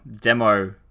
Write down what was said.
demo